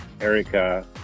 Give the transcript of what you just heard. Erica